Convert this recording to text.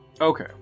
Okay